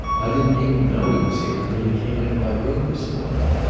i didn't even know he was here, until he came into my room this morning.